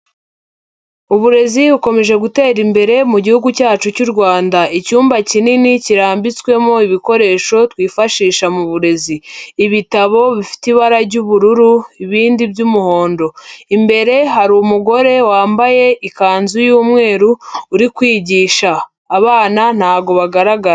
Uburezi bukomeje gutera imbere mu gihugu cyacu cy'u Rwanda, icyumba kinini kirambitswemo ibikoresho twifashisha mu burezi, ibitabo bifite ibara ry'ubururu ibindi iby'umuhondo, imbere hari umugore wambaye ikanzu y'umweru uri kwigisha, abana ntago bagaragara.